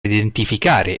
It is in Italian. identificare